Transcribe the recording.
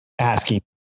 asking